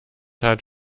hat